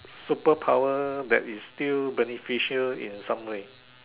super power that is still beneficial in some way